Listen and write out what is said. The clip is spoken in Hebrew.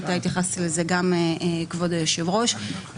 כבוד היושב-ראש, גם אתה התייחסת לזה.